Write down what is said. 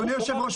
אדוני היושב-ראש,